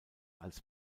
als